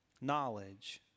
knowledge